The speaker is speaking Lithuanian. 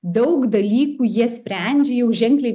daug dalykų jie sprendžia jau ženkliai